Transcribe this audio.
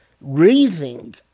raising